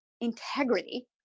integrity